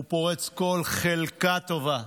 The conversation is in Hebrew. הוא פורץ כל חלקה טובה.